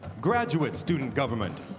graduate student government,